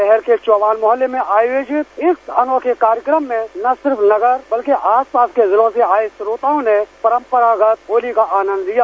शहर के चौबान मोहल्ले में आयोजित इस अनोखे कार्यक्रम में न सिर्फ नगर बल्कि आसपास के जिलों से आये श्रोताओं ने परम्परागत होली का आनन्द लिया